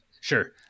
sure